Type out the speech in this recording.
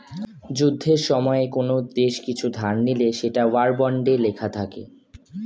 যুদ্ধের সময়ে কোন দেশ কিছু ধার নিলে সেটা ওয়ার বন্ডে লেখা থাকে